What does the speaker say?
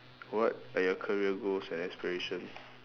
what are your career goals and aspiration